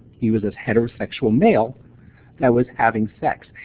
he was this heterosexual male that was having sex.